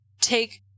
Take